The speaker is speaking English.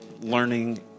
learning